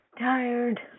Tired